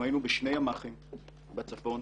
בשני ימ"חים בצפון,